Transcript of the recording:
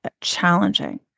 challenging